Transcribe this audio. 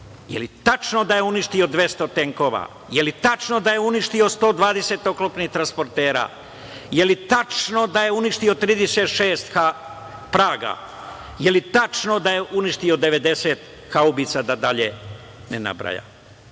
li je tačno da je uništio 200 tenkova, da li je tačno da je uništio 120 oklopnih transportera, da li je tačno da je uništio 36 „Praga“, da li je tačno da je uništio 90 haubica, da dalje ne nabrajam? Išao